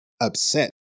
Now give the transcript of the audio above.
upset